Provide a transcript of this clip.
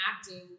acting